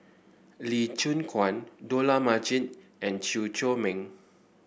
Lee Choon Guan Dollah Majid and Chew Chor Meng